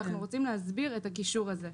ואנחנו רוצים להסביר את הקישור זה.